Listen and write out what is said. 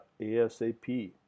ASAP